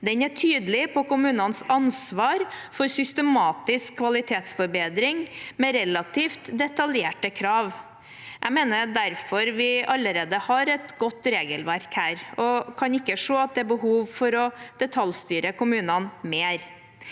Den er tydelig på kommunenes ansvar for systematisk kvalitetsforbedring, med relativt detaljerte krav. Jeg mener derfor vi allerede har et godt regelverk her, og kan ikke se at det er behov for å detaljstyre kommunene mer.